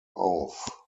auf